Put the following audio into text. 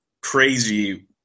crazy